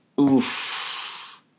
oof